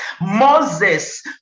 moses